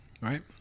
right